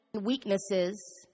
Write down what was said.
weaknesses